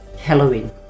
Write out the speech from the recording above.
Halloween